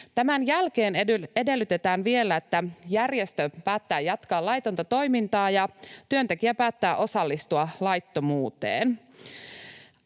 Tämän jälkeen edellytetään vielä, että järjestö päättää jatkaa laitonta toimintaa ja työntekijä päättää osallistua laittomuuteen.